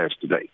today